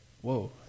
Whoa